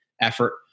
effort